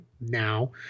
now